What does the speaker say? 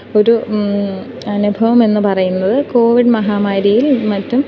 ഒരു അനുഭവം എന്ന് പറയുന്നത് കോവിഡ് മഹാമാരിയിൽ മറ്റും